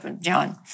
John